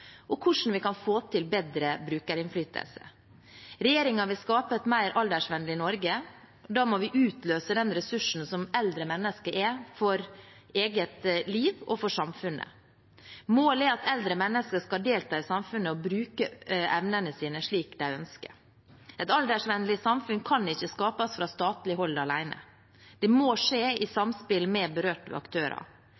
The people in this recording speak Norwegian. og hvordan vi kan få til bedre brukerinnflytelse. Regjeringen vil skape et mer aldersvennlig Norge. Da må vi utløse den ressursen som eldre mennesker er for eget liv og for samfunnet. Målet er at eldre mennesker skal delta i samfunnet og bruke evnene sine slik de ønsker. Et aldersvennlig samfunn kan ikke skapes fra statlig hold alene. Det må skje i